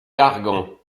gargan